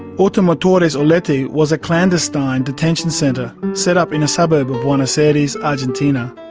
automotores orletti was a clandestine detention centre, set up in a suburb of buenos aires, argentina.